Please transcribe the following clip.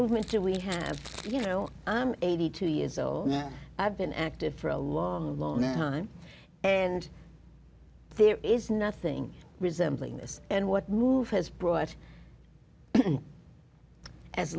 are we have you know i'm eighty two years old i've been active for a long long time and there is nothing resembling this and what move has brought as